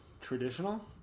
traditional